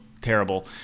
terrible